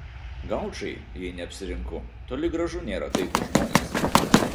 gaučai jei neapsirinku toli gražu nėra taikūs žmonės